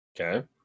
Okay